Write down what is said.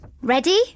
Ready